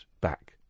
back